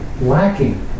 lacking